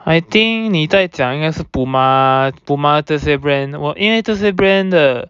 I think 你在讲应该是 Puma Puma 这些 brand 我因为这些 brand 的